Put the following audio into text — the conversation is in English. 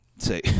say